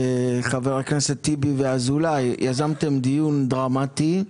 חבר הכנסת טיבי ואזולאי, יזמתם דיון דרמטי.